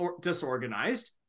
disorganized